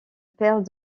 père